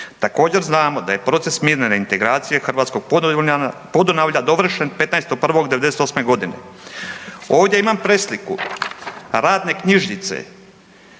Također znamo da je proces mirne reintegracije hrvatskog Podunavlja dovršen 15. 1. 98. godine. Ovdje imam presliku radne knjižice,